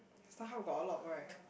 StarHub got a lot right